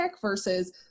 versus